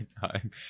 time